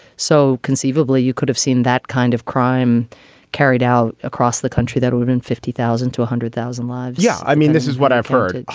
so conceivably you could have seen that kind of crime carried out across the country that would mean fifty thousand to one ah hundred thousand lives yeah. i mean this is what i've heard.